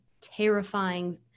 terrifying